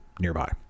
nearby